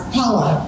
power